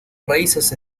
raíces